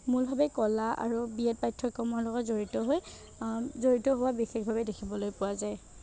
মূলভাৱে কলা আৰু B Ed পাঠ্যক্ৰমৰ লগত সৈতে জড়িত হৈ জড়িত হোৱা বিশেষভাৱে দেখিবলৈ পোৱা যায়